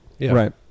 Right